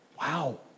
Wow